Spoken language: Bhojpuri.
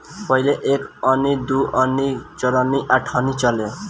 पहिले एक अन्नी, दू अन्नी, चरनी आ अठनी चलो